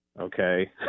okay